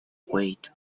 wait